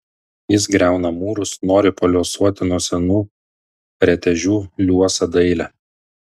jis griauna mūrus nori paliuosuoti nuo senų retežių liuosą dailę